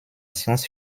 science